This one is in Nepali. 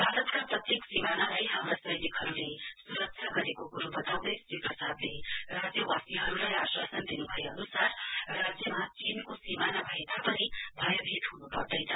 भारतका प्रत्येक सीमानालाई हाम्रा सैनिकहरुले सुरक्षा गरेको कुरो बताउँदै श्री प्रसादले राज्यवासीहरुलाई आश्वासन दिनु भए अनुसार राज्यमा चीनको सीमाना भए तापनि भयभीत हुनु पर्दैन